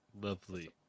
Lovely